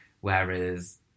Whereas